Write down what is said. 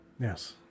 yes